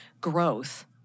growth